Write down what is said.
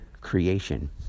creation